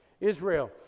Israel